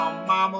Mama